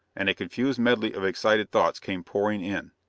and a confused medley of excited thoughts came pouring in.